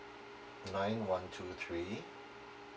nine one two three